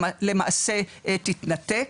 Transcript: למעשה תתנתק.